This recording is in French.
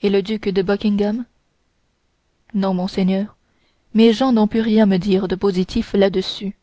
et le duc de buckingham non monseigneur mes gens n'ont pu rien me dire de positif làdessus